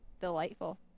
Delightful